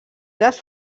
les